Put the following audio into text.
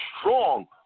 strong